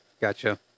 Gotcha